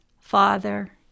Father